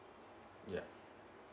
yup